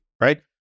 right